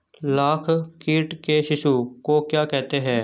लाख कीट के शिशु को क्या कहते हैं?